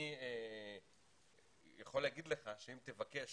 אני יכול לומר לך שאם תבקש